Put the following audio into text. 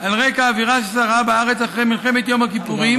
על רקע האווירה ששררה בארץ אחרי מלחמת יום הכיפורים